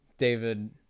David